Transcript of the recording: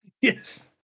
Yes